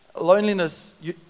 Loneliness